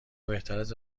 بهتراست